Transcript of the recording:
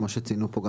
כמו שציינו פה,